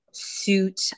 suit